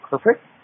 Perfect